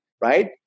right